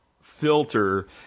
filter